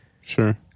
sure